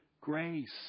grace